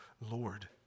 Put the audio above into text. Lord